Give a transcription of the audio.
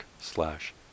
slash